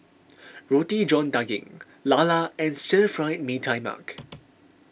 Roti John Daging Lala and Stir Fried Mee Tai Mak